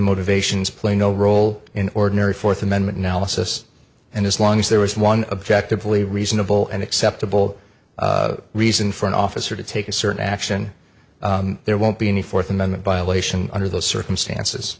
motivations play no role in ordinary fourth amendment analysis and as long as there is one objective lee reasonable and acceptable reason for an officer to take a certain action there won't be any fourth amendment violation under the circumstances